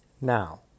now